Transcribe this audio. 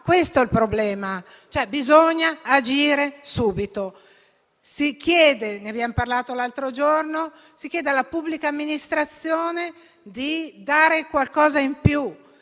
questo è il problema: bisogna agire subito. Ne abbiamo parlato qualche giorno fa: si chiede alla pubblica amministrazione di dare qualcosa in più.